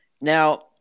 Now